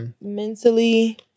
mentally